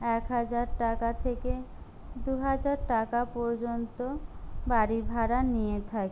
এক হাজার টাকা থেকে দুহাজার টাকা পর্যন্ত বাড়ি ভাড়া নিয়ে থাকে